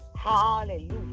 hallelujah